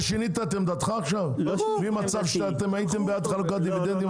שינית את עמדתך עכשיו ממצב שהייתם בעד חלוקת דיבידנדים,